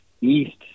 east